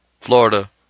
Florida